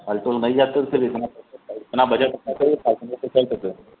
Alto में नहीं जाते तो फिर इतना इतना बजट रखा करिए फारचूनर से चल सके